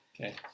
Okay